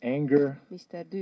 Anger